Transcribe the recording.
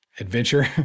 adventure